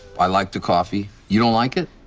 i like the coffee. you don't like it?